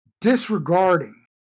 disregarding